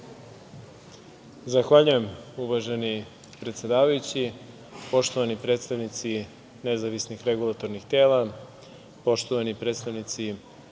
Zahvaljujem uvaženi predsedavajući. Poštovani predstavnici nezavisnih regulatornih tela, poštovani predstavnici